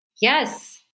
Yes